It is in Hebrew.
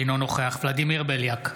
אינו נוכח ולדימיר בליאק,